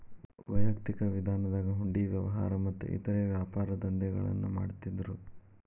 ವೈಯಕ್ತಿಕ ವಿಧಾನದಾಗ ಹುಂಡಿ ವ್ಯವಹಾರ ಮತ್ತ ಇತರೇ ವ್ಯಾಪಾರದಂಧೆಗಳನ್ನ ಮಾಡ್ತಿದ್ದರು